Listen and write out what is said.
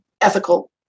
ethical